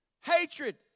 Hatred